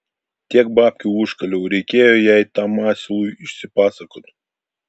tiek babkių užkaliau reikėjo jai tam asilui išsipasakot